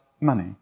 money